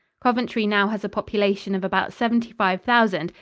coventry now has a population of about seventy-five thousand,